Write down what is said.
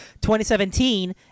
2017